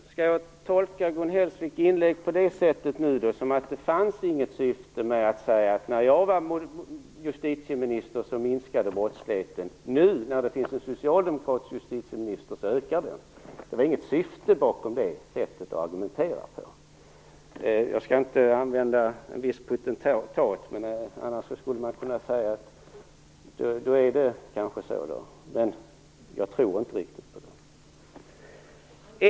Fru talman! Jag tolkar Gun Hellsviks inlägg nu så att det inte fanns något syfte med att säga: När jag var justitieminister minskade brottsligheten, och nu när det finns en socialdemokratisk justitieminister ökar den. Det fanns alltså inget syfte bakom det sättet att argumentera. Jag skall inte använda namnet på en viss potentat, men annars skulle man kunna det. Men jag tror inte riktigt på det.